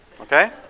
Okay